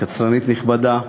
קצרנית נכבדה,